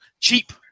cheap